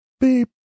beep